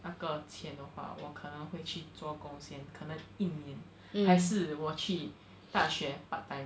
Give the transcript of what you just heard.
那个钱的话我可能会去做工先可能一年还是我去大学 part time